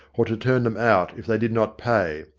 or to turn them out if they did not pay.